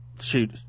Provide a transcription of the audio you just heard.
Shoot